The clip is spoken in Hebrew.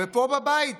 ופה, פה בבית